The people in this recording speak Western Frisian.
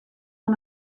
oan